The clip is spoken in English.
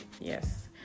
yes